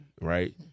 right